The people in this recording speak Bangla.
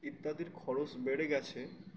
ইত্যাদির খরচ বেড়ে গেছে